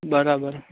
બરાબર